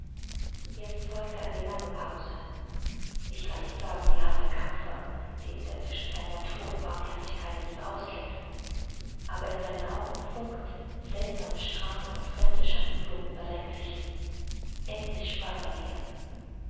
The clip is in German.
jetzt folgte eine lange pause ich kann nicht sagen wie hart der kampf war den in der zwischenzeit natur und barmherzigkeit in ihm auskämpften aber in seinen augen funkelten seltsame strahlen und fremde schatten flogen über sein gesicht endlich sprach er wieder